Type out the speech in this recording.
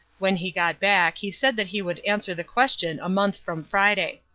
when he got back he said that he would answer the question a month from friday.